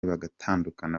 bagatandukana